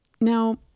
Now